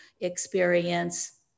experience